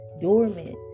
dormant